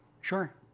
sure